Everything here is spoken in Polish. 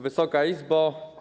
Wysoka Izbo!